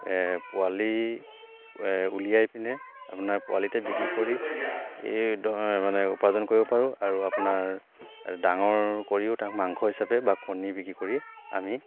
পোৱালি উলিয়াই পিনে আপোনাৰ পোৱালিতে বিক্ৰী কৰি মানে উপাৰ্জন কৰিব পাৰোঁ আৰু আপোনাৰ ডাঙৰ কৰিও তাক মাংস হিচাপে বা কণী বিক্ৰী কৰি আমি